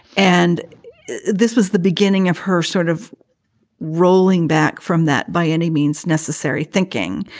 and this was the beginning of her sort of rolling back from that by any means necessary thinking.